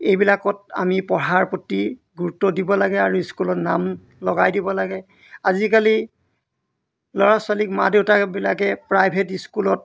এইবিলাকত আমি পঢ়াৰ প্ৰতি গুৰুত্ব দিব লাগে আৰু স্কুলত নাম লগাই দিব লাগে আজিকালি ল'ৰা ছোৱালীক মা দেউতাবিলাকে প্ৰাইভেট স্কুলত